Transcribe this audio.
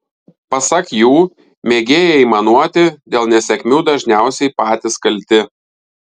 pasak jų mėgėjai aimanuoti dėl nesėkmių dažniausiai patys kalti